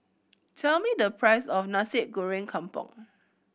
tell me the price of Nasi Goreng Kampung